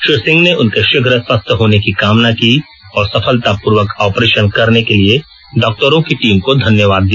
श्री सिंह ने उनके शीघ्र स्वस्थ होने की कामना की और सफलतापूर्वक ऑपरेशन करने के लिए डॉक्टरों की टीम को धन्यवाद दिया